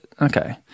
okay